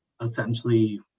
essentially